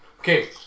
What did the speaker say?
Okay